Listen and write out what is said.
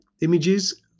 images